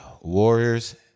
Warriors